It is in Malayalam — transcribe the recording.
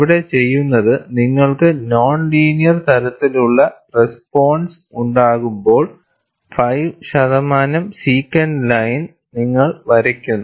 ഇവിടെ ചെയ്യുന്നത് നിങ്ങൾക്ക് നോൺ ലീനിയർ തരത്തിലുള്ള റെസ്പോൺസ് ഉണ്ടാകുമ്പോൾ 5 ശതമാനം സിക്കന്റ് ലൈൻ നിങ്ങൾ വരയ്ക്കുന്നു